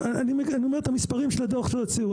אני אומר את המספרים של הדו"ח שהוציאו.